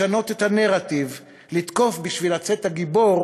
לשנות את הנרטיב, לתקוף בשביל לצאת הגיבור